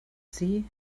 see